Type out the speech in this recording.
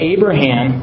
Abraham